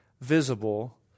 visible